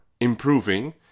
improving